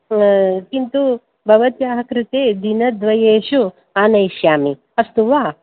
किन्तु भवत्याः कृते दिनद्वयेषु आनयिष्यामि अस्तु वा